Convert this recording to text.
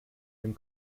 dem